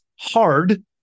hard